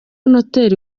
noteri